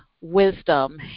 wisdom